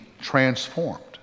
transformed